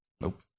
Nope